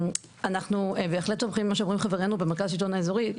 אנחנו בהחלט תומכים במה שאומרים חברינו במרכז השלטון האזורי.